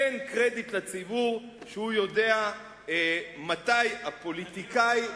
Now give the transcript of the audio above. תן קרדיט לציבור שהוא יודע מתי הפוליטיקאים,